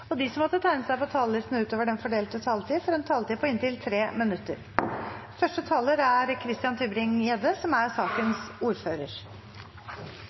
og de som måtte tegne seg på talerlisten utover den fordelte taletiden, får en taletid på inntil 3 minutter.